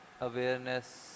awareness